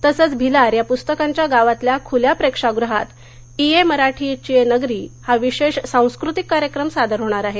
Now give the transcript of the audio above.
तसंच भिलार या पुस्तकांच्या गावातल्या खुल्या प्रेक्षागृहात इये मराठीचिये नगरी हा विशेष सांस्कृतिक कार्यक्रम सादर होणार आहे